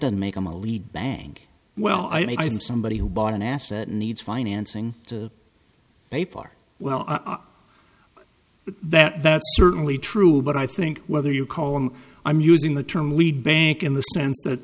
doesn't make them a lead bank well i'm somebody who bought an asset needs financing to a far well that that's certainly true but i think whether you call him i'm using the term lead bank in the sense that